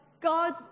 God